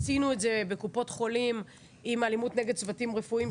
עשינו את זה בקופות חולים עם אלימות נגד צוותים רפואיים,